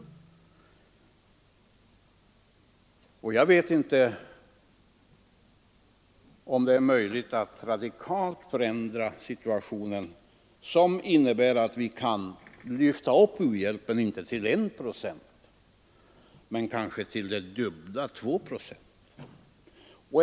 Jag vet inte om det är möjligt att radikalt förändra situationen på det sättet att vi lyfter upp u-hjälpen inte till 1 procent utan till det dubbla, 2 procent.